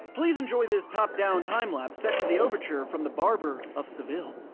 please enjoy this top down time-lapse set to the overture from the barber of seville.